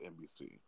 NBC